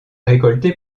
récolté